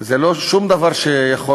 זה לא שום דבר שיכול